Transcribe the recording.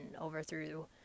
overthrew